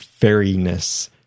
fairiness